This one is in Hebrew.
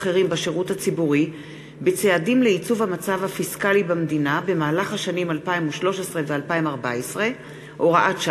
שי, משה